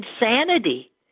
insanity